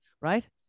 right